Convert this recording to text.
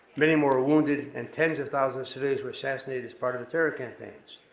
many more were wounded, and tens of thousands civilians were assassinated as part of the terror campaigns.